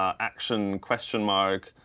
um action, question mark,